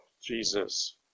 Jesus